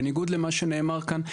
בניגוד למה שנאמר כאן,